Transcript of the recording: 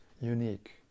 unique